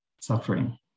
suffering